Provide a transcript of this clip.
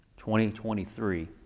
2023